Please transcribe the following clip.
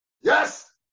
Yes